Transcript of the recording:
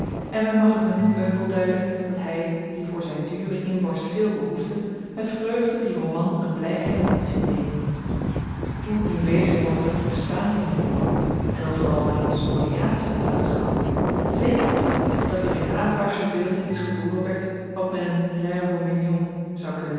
en men mag t hem niet euvel duiden dat hy die voor zyn duren inborst veel behoefde met vreugde dien roman een bly einde had zien nemen hoe t nu wezen moog met het bestaan van dien roman en of er al dan niet spoliatie had plaats gehad zeker is t dat er in havelaars verbeelding iets geboren werd wat men een rêve aux millions zou kunnen